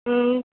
ம்